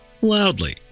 Loudly